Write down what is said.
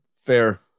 fair